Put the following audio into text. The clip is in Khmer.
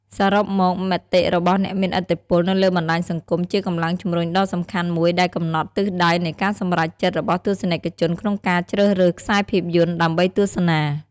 សរុបមក មតិរបស់អ្នកមានឥទ្ធិពលនៅលើបណ្តាញសង្គមជាកម្លាំងជំរុញដ៏សំខាន់មួយដែលកំណត់ទិសដៅនៃការសម្រេចចិត្តរបស់ទស្សនិកជនក្នុងការជ្រើសរើសខ្សែភាពយន្តដើម្បីទស្សនា។